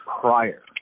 prior